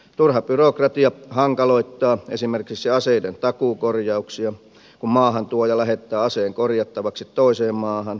turha byrokratia hankaloittaa esimerkiksi aseiden takuukorjauksia kun maahantuoja lähettää aseen korjattavaksi toiseen maahan